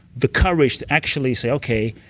the courage to actually say, okay.